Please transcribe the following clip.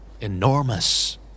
Enormous